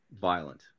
violent